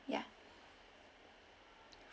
ya